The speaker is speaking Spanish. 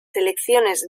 selecciones